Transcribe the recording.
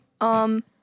Um-